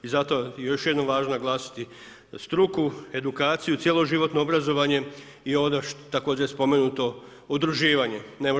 I zato je još jednom važno naglasiti struku, edukaciju, cjeloživotno obrazovanje i ovdje također spomenuto udruživanje.